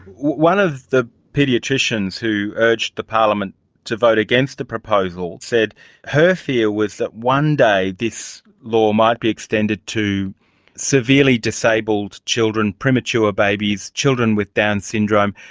one of the paediatricians who urged the parliament to vote against the proposal said her fear was that one day this law might be extended to severely disabled children, premature babies, children with down syndrome,